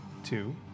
Two